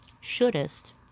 Shouldest